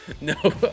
No